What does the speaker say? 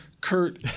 Kurt